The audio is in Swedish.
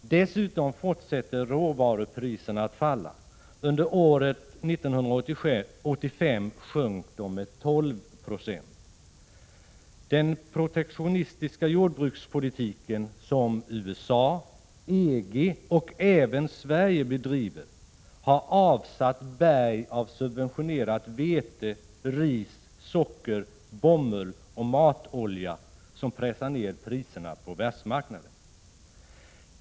Dessutom fortsätter råvarupriserna att falla. Under året 1985 sjönk de med 22. Den protektionistiska jordbrukspolitiken som USA, EG och även Sverige bedriver har avsatt berg av subventionerat vete, ris, socker, bomull och matolja, vilket pressar ner priserna på världsmarknaden.